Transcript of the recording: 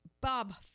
Bob